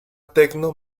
techno